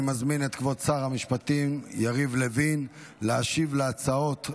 אני מזמין את כבוד שר המשפטים יריב לוין להשיב על ההצעות,